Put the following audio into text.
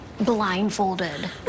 blindfolded